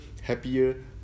happier